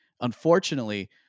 Unfortunately